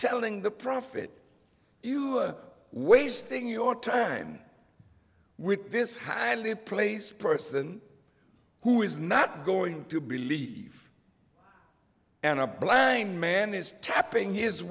telling the prophet you are wasting your time with this highly placed person who is not going to believe and a blind man is tapping his